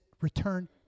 return